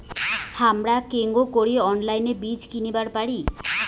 হামরা কেঙকরি অনলাইনে বীজ কিনিবার পারি?